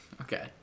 Okay